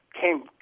came